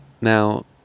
Now